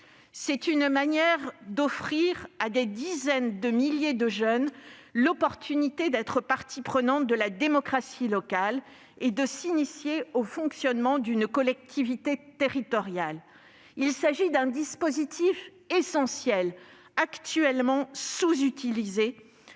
C'est une manière d'offrir à des dizaines de milliers de jeunes l'opportunité d'être partie prenante de la démocratie locale et de s'initier au fonctionnement d'une collectivité territoriale. Il s'agit d'un dispositif essentiel, actuellement sous-utilisé,